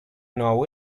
know